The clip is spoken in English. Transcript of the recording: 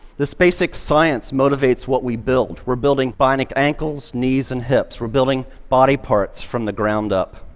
this basic science motivates what we build. we're building bionic ankles, knees and hips. we're building body parts from the ground up.